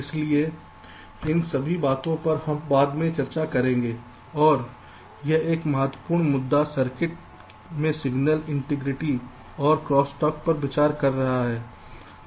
इसलिए इन सभी बातों पर हम बाद में चर्चा करेंगे और एक अन्य महत्वपूर्ण मुद्दा सर्किट में सिग्नल इंटीग्रिटी और क्रॉसस्टॉक पर विचार कर रहा है